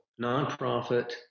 nonprofit